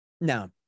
now